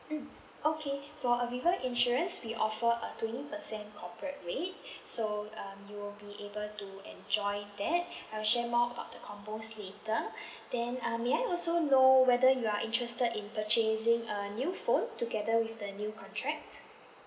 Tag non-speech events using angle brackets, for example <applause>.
mm okay for aviva insurance we offer a twenty percent corporate rate <breath> so um you will be able to enjoy that <breath> I'll share more about the combo status <breath> then uh may I also know whether you are interested in purchasing a new phone together with the new contract